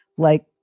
like,